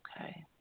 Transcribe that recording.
Okay